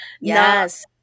Yes